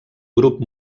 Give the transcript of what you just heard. grup